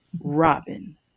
Robin